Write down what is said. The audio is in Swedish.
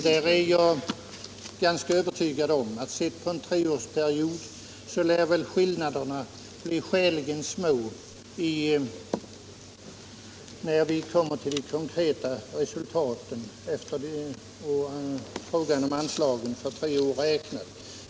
Jag är ganska övertygad om att skillnaderna blir skäligen små när det gäller de konkreta resultaten i fråga om anslag för tre år räknat.